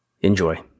Enjoy